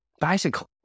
bicycle